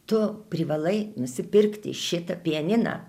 tu privalai nusipirkti šitą pianiną